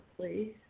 please